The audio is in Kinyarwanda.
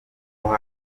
ngo